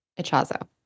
Echazo